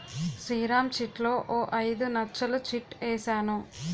శ్రీరామ్ చిట్లో ఓ ఐదు నచ్చలు చిట్ ఏసాను